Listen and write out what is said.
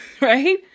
right